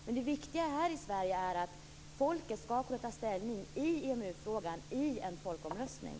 Men det viktiga här i Sverige är att folket skall kunna ta ställning till EMU frågan i en folkomröstning.